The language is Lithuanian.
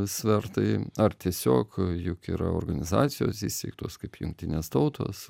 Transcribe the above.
svertai ar tiesiog juk yra organizacijos įsteigtos kaip jungtinės tautos